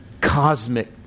cosmic